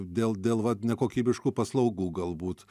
dėl dėl vat nekokybiškų paslaugų galbūt